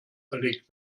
verlegt